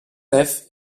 nefs